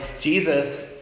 Jesus